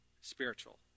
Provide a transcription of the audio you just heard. Spiritual